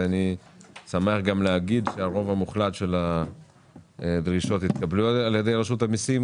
ואני שמח גם להגיד שהרוב המוחלט של הדרישות התקבל על ידי רשות המסים.